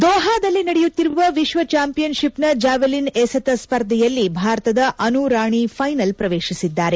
head ದೋಹಾದಲ್ಲಿ ನಡೆಯುತ್ತಿರುವ ವಿಶ್ವ ಚಾಂಪಿಯನ್ಷಿಪ್ನ ಜಾವೆಲಿನ್ ಎಸೆತ ಸ್ಪರ್ಧೆಯಲ್ಲಿ ಭಾರತದ ಅನು ರಾಣಿ ಫ್ಟೆನಲ್ ಪ್ರವೇಶಿಸಿದ್ದಾರೆ